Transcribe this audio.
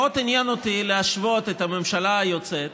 מאוד עניין אותי להשוות את גודל הממשלה היוצאת